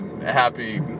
happy